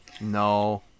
no